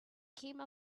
came